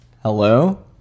Hello